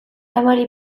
amari